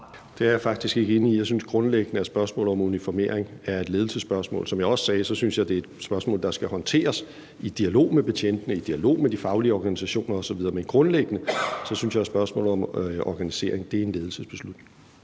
Det er jeg faktisk ikke enig i. Jeg synes grundlæggende, at spørgsmålet om uniformering er et ledelsesspørgsmål. Som jeg også sagde, synes jeg, det er et spørgsmål, der skal håndteres i dialog med betjentene, i dialog med de faglige organisationer osv. – men grundlæggende synes jeg, at spørgsmålet om organisering er en ledelsesbeslutning.